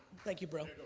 thank you, bro.